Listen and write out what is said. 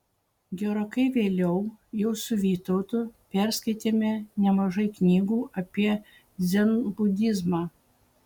gerokai vėliau jau su vytautu perskaitėme nemažai knygų apie dzenbudizmą